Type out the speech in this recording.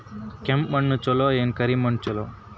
ಕೆಂಪ ಮಣ್ಣ ಛಲೋ ಏನ್ ಕರಿ ಮಣ್ಣ ಛಲೋ?